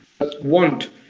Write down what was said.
want